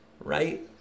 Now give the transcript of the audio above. right